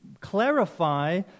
clarify